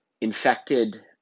infected